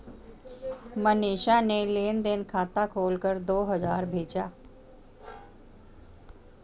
मनीषा ने लेन देन खाता खोलकर दो हजार भेजा